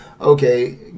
okay